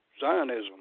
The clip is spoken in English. Zionism